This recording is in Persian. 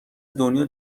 دنیا